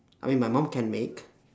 I mean my mum can make